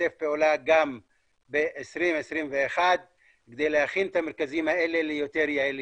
שנשתף פעולה גם ב-2021 כדי להפוך את המרכזים האלה ליותר יעילים.